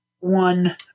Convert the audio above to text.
one